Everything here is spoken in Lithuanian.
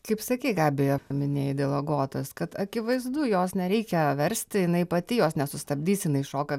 kaip sakei gabija paminėjai dėl agotos kad akivaizdu jos nereikia versti jinai pati jos nesustabdysi jinai šoka